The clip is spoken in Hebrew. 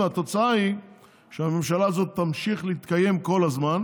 והתוצאה היא שהממשלה הזאת תמשיך להתקיים כל הזמן